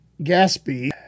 Gatsby